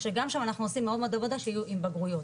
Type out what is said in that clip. שגם כן גם שם אנחנו עושים מאוד עבודה שיהיו עם בגרויות,